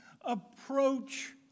approach